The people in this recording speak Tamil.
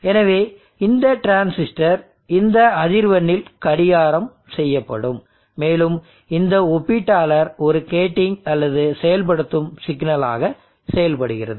எனவே இந்த டிரான்சிஸ்டர் இந்த அதிர்வெண்ணில் கடிகாரம் செய்யப்படும் மேலும் இந்த ஒப்பீட்டாளர் ஒரு கேட்டிங் அல்லது செயல்படுத்தும் சிக்னலாக செயல்படுகிறது